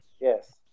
Yes